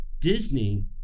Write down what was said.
Disney